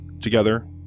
Together